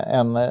en